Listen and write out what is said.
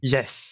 Yes